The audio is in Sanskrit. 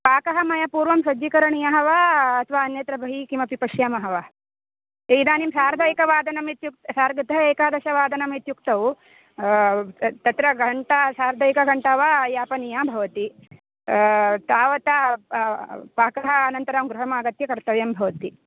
पाकः मया पूर्वं सज्जीकरणीयः वा अथवा अन्यत्र बहिः किमपि पश्यामः वा इदानीं सार्ध एकवादनम् इत्युक्ते सार्धतः एकादशवादनम् इत्युक्तौ तत्र घण्टा सार्धैकघण्टा वा यापनीया भवति तावता पाकः अनन्तरं गृहमागत्य कर्तव्यं भवति